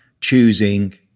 choosing